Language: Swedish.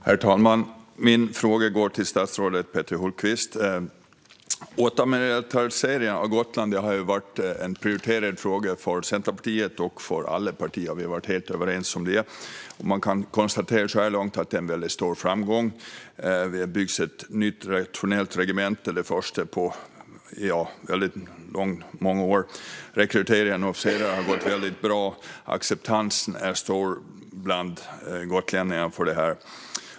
Herr talman! Min fråga går till statsrådet Peter Hultqvist. Återmilitariseringen av Gotland har varit en prioriterad fråga för Centerpartiet och alla andra partier. Vi har varit helt överens. Man kan så här långt konstatera att det är en väldigt stor framgång. Det har byggts ett nytt rationellt regemente, det första på väldigt många år. Rekryteringen av officerare har gått väldigt bra. Acceptansen är stor bland gotlänningarna.